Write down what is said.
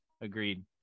agreed